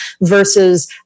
versus